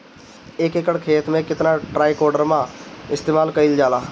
एक एकड़ खेत में कितना ट्राइकोडर्मा इस्तेमाल कईल जाला?